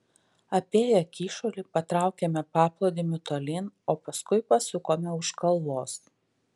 apėję kyšulį patraukėme paplūdimiu tolyn o paskui pasukome už kalvos